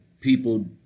people